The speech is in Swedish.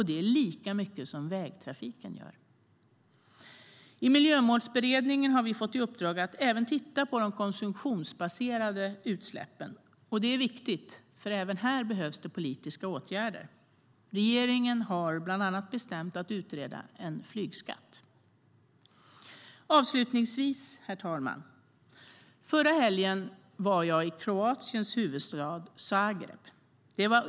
Det är lika mycket som vägtrafiken genererar. I Miljömålsberedningen har vi fått i uppdrag att även titta på de konsumtionsbaserade utsläppen. Det är viktigt, för även här behövs politiska åtgärder. Regeringen har bland annat bestämt att utreda en flygskatt. Avslutningsvis, herr talman: Förra helgen var jag i Kroatiens huvudstad Zagreb.